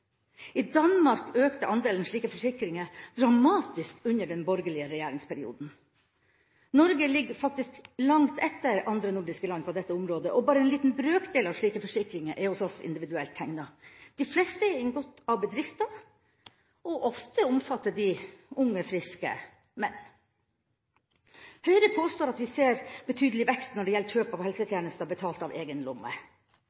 I Danmark økte andelen slike forsikringer dramatisk under den borgerlige regjeringsperioden. Norge ligger faktisk langt etter andre nordiske land på dette området, og bare en liten brøkdel av slike forsikringer er hos oss individuelt tegnet. De fleste er inngått av bedrifter, og ofte omfatter de unge, friske menn. Høyre påstår at vi ser en betydelig vekst når det gjelder kjøp av